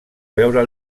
veure